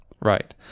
Right